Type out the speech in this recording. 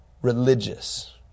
Religious